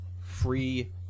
free